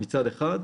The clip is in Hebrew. מצד אחד,